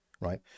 right